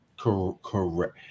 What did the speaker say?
Correct